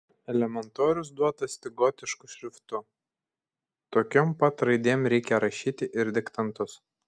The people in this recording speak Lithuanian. elementorius duotas tik gotišku šriftu tokiom pat raidėm reikia rašyti ir diktantus